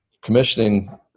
commissioning